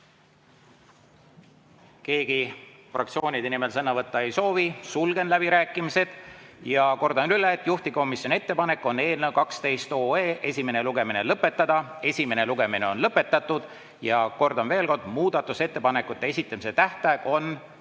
Keegi fraktsioonide nimel sõna võtta ei soovi, sulgen läbirääkimised. Kordan üle, et juhtivkomisjoni ettepanek on eelnõu 12 esimene lugemine lõpetada. Esimene lugemine on lõpetatud. Ja kordan veel kord: muudatusettepanekute esitamise tähtaeg on